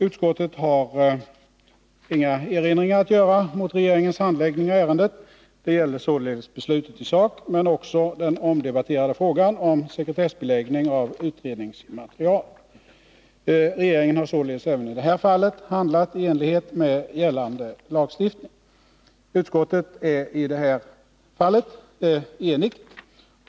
Utskottet har inga erinringar att göra mot regeringens handläggning av ärendet. Det gäller således beslutet i sak men också den omdebatterade frågan om sekretessbeläggning av utredningsmaterial. Regeringen har således även i det fallet handlat i enlighet med gällande lagstiftning. Utskottet är i det här fallet enigt.